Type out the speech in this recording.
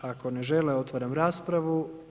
Ako ne žele, otvaram raspravu.